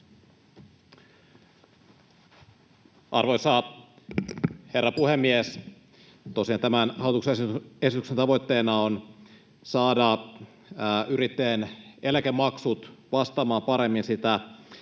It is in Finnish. Arvoisa herra puhemies! Tosiaan tämän hallituksen esityksen tavoitteena on saada yrittäjien eläkemaksut vastaamaan paremmin sitä